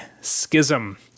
schism